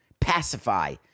pacify